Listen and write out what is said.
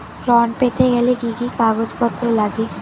ঋণ পেতে গেলে কি কি কাগজপত্র লাগে?